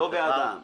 לא ועדה.